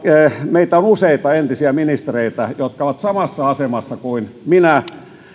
meitä on on useita entisiä ministereitä jotka ovat samassa asemassa kuin minä